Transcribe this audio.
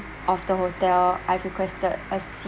of the hotel I've requested a